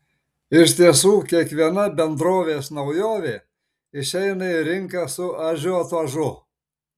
iš tiesų kiekviena bendrovės naujovė išeina į rinką su ažiotažu